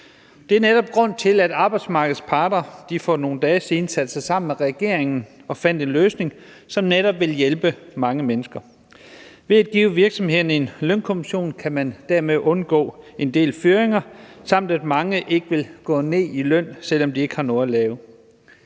Det var netop grunden til, at arbejdsmarkedets parter for nogle dage siden satte sig sammen med regeringen og fandt en løsning, som netop vil hjælpe mange mennesker. Ved at give virksomhederne en lønkompensation kan man undgå en del fyringer, samt at mange ikke vil gå ned i løn, selv om de ikke har noget at lave.